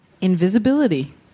Invisibility